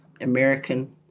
American